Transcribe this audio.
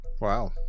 Wow